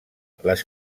les